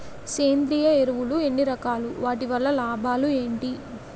సేంద్రీయ ఎరువులు ఎన్ని రకాలు? వాటి వల్ల లాభాలు ఏంటి?